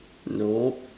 nope